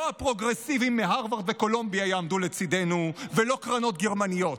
לא הפרוגרסיבים מהרווארד וקולומביה יעמדו לצידנו ולא קרנות גרמניות.